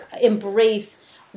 embrace